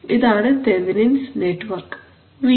ഇതാണ് Thevenin's network thevenins network